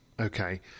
Okay